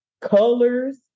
colors